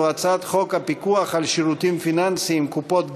את הצעת חוק הפיקוח על שירותים פיננסיים (קופות גמל)